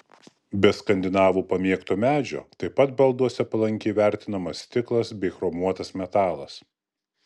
be skandinavų pamėgto medžio taip pat balduose palankiai vertinamas stiklas bei chromuotas metalas